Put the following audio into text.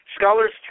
scholars